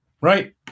right